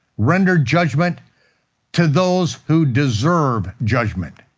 render judgment to those who deserve judgment.